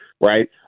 right